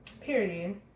Period